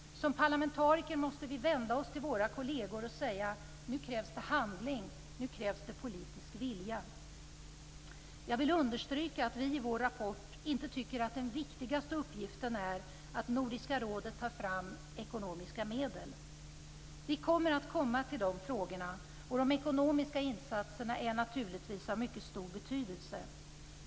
Som parlamentariker måste vi vända oss till våra kolleger och säga: Nu krävs det handling, nu krävs det politisk vilja. Jag vill understryka att vi i vår rapport inte tycker att den viktigaste uppgiften är att Nordiska rådet tar fram ekonomiska medel. Vi kommer att komma till de frågorna, och de ekonomiska insatserna är naturligtvis av mycket stor betydelse.